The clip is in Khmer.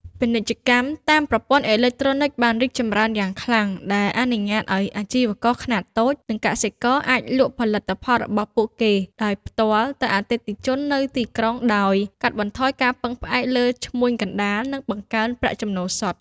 ពាណិជ្ជកម្មតាមប្រព័ន្ធអេឡិចត្រូនិកបានរីកចម្រើនយ៉ាងខ្លាំង ដែលអនុញ្ញាតឱ្យអាជីវករខ្នាតតូច និងកសិករអាចលក់ផលិតផលរបស់ពួកគេដោយផ្ទាល់ទៅអតិថិជននៅទីក្រុង ដោយកាត់បន្ថយការពឹងផ្អែកលើឈ្មួញកណ្តាល និងបង្កើនប្រាក់ចំណូលសុទ្ធ។